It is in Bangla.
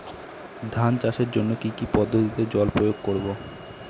ধান চাষের জন্যে কি কী পদ্ধতিতে জল প্রয়োগ করব?